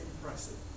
Impressive